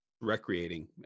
recreating